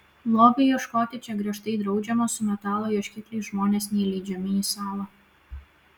lobių ieškoti čia griežtai draudžiama su metalo ieškikliais žmonės neįleidžiami į salą